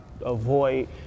avoid